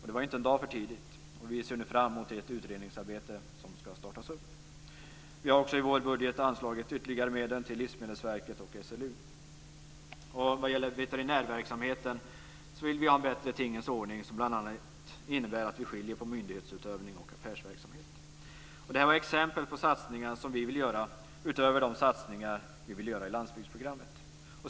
Det var inte en dag för tidigt, och vi ser nu fram mot det utredningsarbete som ska startas. Vi har i vår budget också anslagit ytterligare medel till Livsmedelsverket och SLU. Och när det gäller veterinärverksamheten vill vi ha en bättre tingens ordning, vilket bl.a. innebär att vi skiljer på myndighetsutövning och affärsverksamhet. Detta var exempel på satsningar som vi vill göra utöver satsningarna i landsbygdsprogrammet.